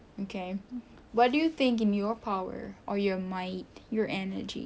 okay what do you think in your power or your might your energy